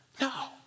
No